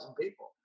people